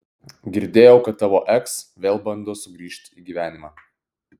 girdėjau kad tavo eks vėl bando sugrįžt į gyvenimą